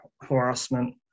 harassment